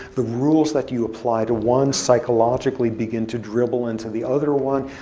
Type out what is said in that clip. the rules that you apply to one psychologically begin to dribble into the other one.